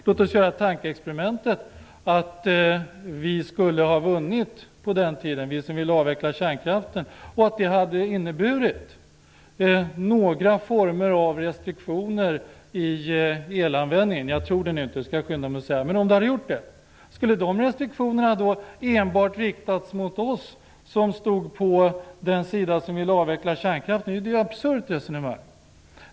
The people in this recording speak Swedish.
Låt oss göra det tankeexperimentet att vi som ville avveckla kärnkraften skulle ha vunnit på den tiden. Tänk om det hade inneburit några restriktioner i elanvändningen - jag skall skynda mig att säga att jag inte tror det. Men om det hade gjort det, skulle dessa restriktioner då enbart riktats mot oss som stod på den sida som ville avveckla kärnkraften. Det är ju ett absurt resonemang.